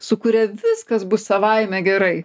su kuria viskas bus savaime gerai